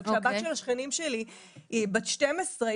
הבת של השכנים שלי בת 12,